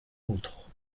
nôtres